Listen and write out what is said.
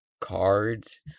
cards